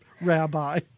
rabbi